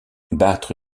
battre